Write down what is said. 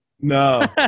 no